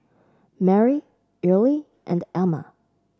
Merri Earley and Emma